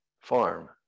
farm